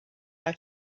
how